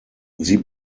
sie